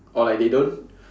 or like they don't